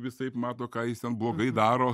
visaip mato ką jis ten blogai daro